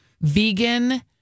vegan